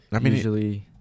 Usually